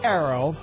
Arrow